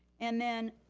and then